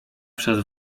przez